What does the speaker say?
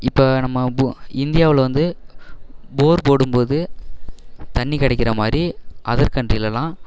இப்போ நம்ம போ இந்தியாவில் வந்து போர் போடும்போது தண்ணி கிடைக்கிற மாதிரி அதர் கண்ட்ரிலெலாம்